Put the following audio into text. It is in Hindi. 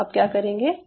तो आप क्या करेंगे